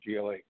GLA